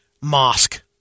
mosque